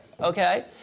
okay